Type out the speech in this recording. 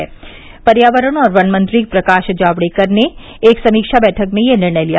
केन्द्रीय पर्यावरण और वन मंत्री प्रकाश जावड़ेकर ने एक समीक्षा बैठक में यह निर्णय लिया